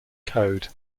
code